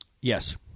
Yes